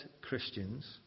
Christians